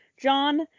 John